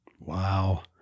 Wow